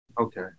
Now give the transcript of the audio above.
Okay